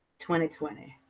2020